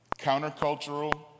countercultural